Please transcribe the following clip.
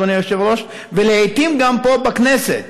ולעיתים גם פה בכנסת,